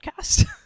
podcast